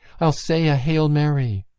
i'll say a hail mary.